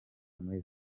muri